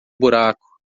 buraco